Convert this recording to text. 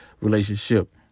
relationship